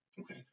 Okay